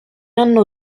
anno